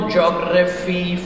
Geography